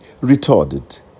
retarded